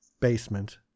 basement